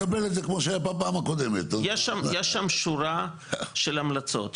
יש שם שורה של המלצות,